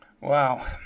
Wow